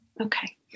Okay